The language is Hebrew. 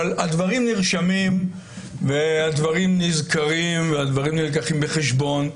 אבל הדברים נרשמים והדברים נזכרים והדברים נלקחים בחשבון,